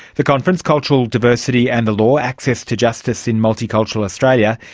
the conference, cultural diversity and the law access to justice in multicultural australia,